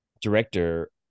director